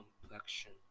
complexion